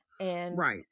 Right